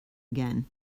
again